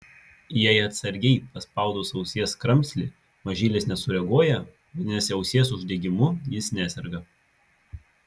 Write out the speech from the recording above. jei atsargiai paspaudus ausies kramslį mažylis nesureaguoja vadinasi ausies uždegimu jis neserga